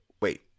Wait